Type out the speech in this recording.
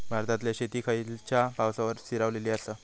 भारतातले शेती खयच्या पावसावर स्थिरावलेली आसा?